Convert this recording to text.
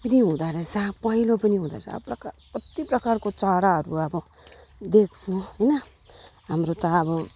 पनि हुँदोरहेछ पहेँलो पनि हुँदा कति प्रकारको चराहरू अब देख्छु हैन हाम्रो त अब